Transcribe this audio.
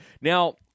Now